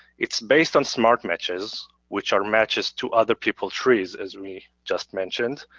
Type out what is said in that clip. it's based on smart matches, which are matches to other people trees as we just mentioned.